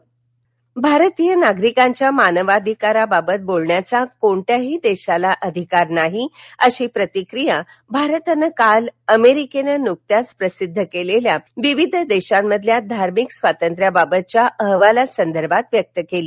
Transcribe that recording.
मानवाधिकार भारतीय नागरिकांच्या मानवाधिकारांबाबत बोलण्याचा कोणत्याही परदेशाला अधिकार नाही अशी प्रतिक्रिया भारतानं काल अमेरिकेनं नुकत्याच प्रसिद्ध केलेल्या विविध देशांमधल्या धार्मिक स्वातंत्र्याबाबतच्या अहवालासंदर्भात व्यक्त केली